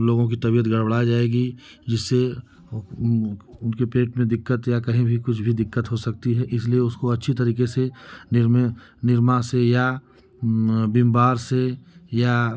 लोगों की तबियत गड़बड़ा जाएगी जिससे उनके पेट में दिक्कत या कहीं भी कुछ भी दिक्कत हो सकती है इसलिए उसको अच्छे तरीके से निरमे निरमा से या विम बार से या